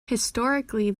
historically